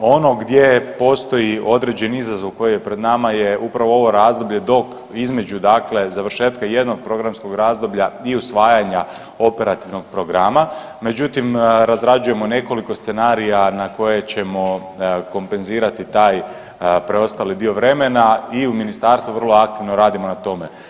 Ono gdje postoji određeni izazov koji je pred nama je upravo ovo razdoblje dok, između dakle završetka jednog programskog razdoblja i usvajanja operativnog programa, međutim, razrađujemo nekoliko scenarija na koje ćemo kompenzirati taj preostali dio vremena i u Ministarstvu vrlo aktivno radimo na tome.